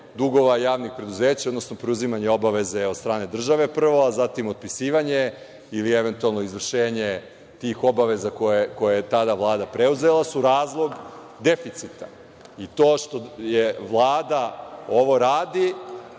dugova javnih preduzeća, odnosno preuzimanje obaveze od strane države prvo, a zatim otpisivanje ili eventualno izvršenje tih obaveza koje je tada Vlada preuzela su razlog deficita. To što Vlada ovo radi,